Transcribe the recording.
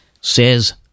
says